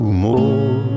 more